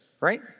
right